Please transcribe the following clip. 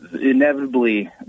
inevitably